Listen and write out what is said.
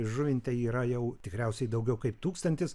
žuvinte yra jau tikriausiai daugiau kaip tūkstantis